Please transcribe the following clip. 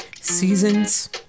Seasons